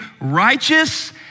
righteous